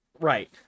right